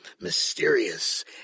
mysterious